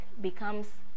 becomes